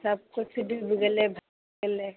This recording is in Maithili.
सभकिछु डुबि गेलै